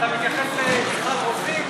אתה מתייחס למיכל רוזין?